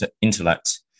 intellect